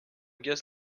gaz